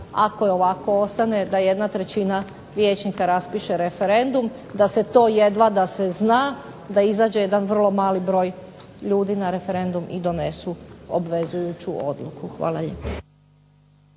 ako ovako ostane, da jedna trećina vijećnika raspiše referendum, da se to jedva da se zna, da izađe jedan vrlo mali broj ljudi na referendum i donesu obvezujuću odluku. Hvala lijepa.